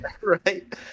right